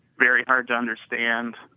very hard to understand.